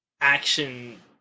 action